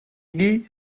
იგი